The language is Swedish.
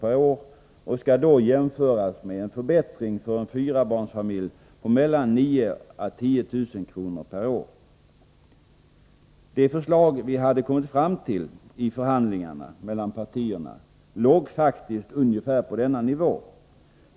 per år och skall då jämföras med en förbättring för en fyrabarnsfamilj på 9 000-10 000 kr. per år. Det förslag som vi hade kommit fram till i förhandlingarna mellan partierna låg faktiskt på ungefär denna nivå.